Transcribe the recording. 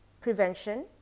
prevention